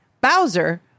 Bowser